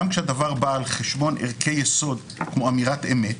גם כשהדבר בא על חשבון ערכי יסוד כמו אמירת אמת,